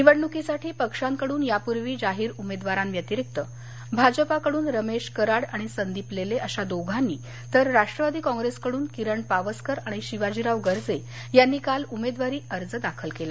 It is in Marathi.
निवडणुकीसाठी पक्षांकडून यापूर्वी जाहीर उमेदवारां व्यतिरिक्त भाजपकडून रमेश कराड आणि संदीप लेले अशा दोघांनी तर राष्ट्रवादी कॉंग्रेस कडून किरण पावस्कर आणि शिवाजीराव गर्जे यांनी काल उमेदवारी दाखल केली